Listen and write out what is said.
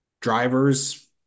drivers